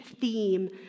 theme